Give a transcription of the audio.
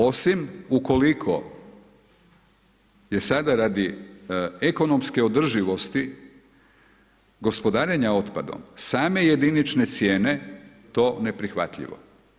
Osim ukoliko je sada radi ekonomske održivosti gospodarenja otpadom same jedinične cijene to neprihvatljivo.